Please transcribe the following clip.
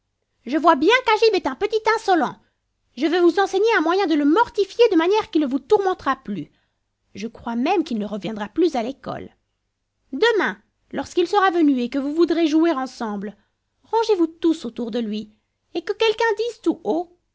je vois bien qu'agib est un petit insolent je veux vous enseigner un moyen de le mortifier de manière qu'il ne vous tourmentera plus je crois même qu'il ne reviendra plus à l'école demain lorsqu'il sera venu et que vous voudrez jouer ensemble rangez-vous tous autour de lui et que quelqu'un dise tout haut